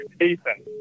Ethan